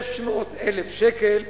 600,000 שקל,